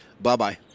Bye-bye